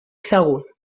segur